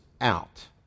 out